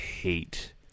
hate